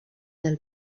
del